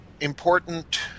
important